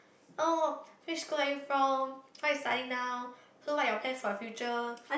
oh which school are you from what you studying now so what are your plans for the future